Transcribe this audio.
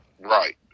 Right